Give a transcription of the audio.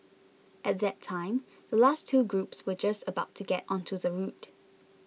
at that time the last two groups were just about to get onto the route